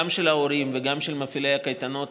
גם של ההורים וגם של מפעילי הקייטנות,